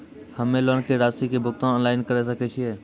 हम्मे लोन के रासि के भुगतान ऑनलाइन करे सकय छियै?